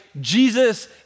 Jesus